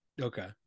Okay